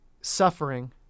suffering